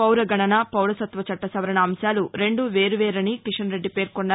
పౌరగణన పౌరసత్వ చట్ట సవరణ అంశాలు రెండూ వేర్వేరని కిషన్ రెడ్డి పేర్కొన్నారు